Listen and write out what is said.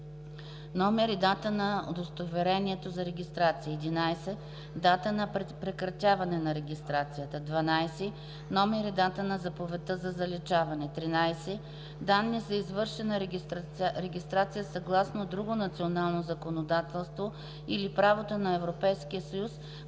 номер и дата на удостоверението за регистрация; 11. дата на прекратяване на регистрацията; 12. номер и дата на заповедта за заличаване; 13. данни за извършена регистрация съгласно друго национално законодателство или правото на Европейския съюз,